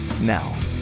now